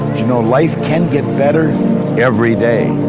you know, life can get better every day,